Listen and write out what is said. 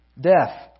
death